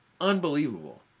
Unbelievable